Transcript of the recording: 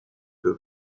que